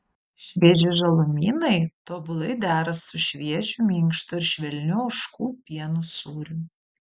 švieži žalumynai tobulai dera su šviežiu minkštu ir švelniu ožkų pieno sūriu